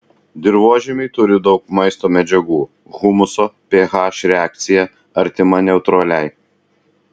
dirvožemiai turi daug maisto medžiagų humuso ph reakcija artima neutraliai